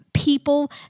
People